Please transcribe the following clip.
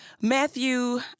Matthew